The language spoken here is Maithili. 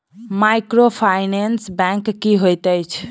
माइक्रोफाइनेंस बैंक की होइत अछि?